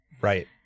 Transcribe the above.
Right